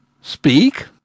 Speak